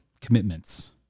commitments